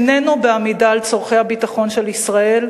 איננו בעמידה על צורכי הביטחון של ישראל